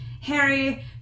Harry